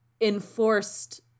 enforced –